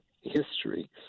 history